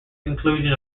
inclusion